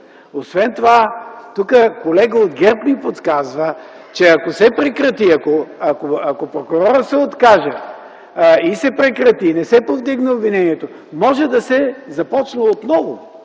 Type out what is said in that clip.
Освен това тук колега от ГЕРБ ми подсказва, че ако се прекрати, ако прокурорът се откаже и се прекрати, не се повдигне обвинението, може да се започне отново